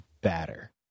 batter